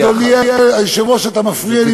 אדוני היושב-ראש, אתה מפריע לי